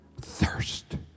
thirst